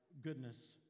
goodness